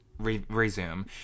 resume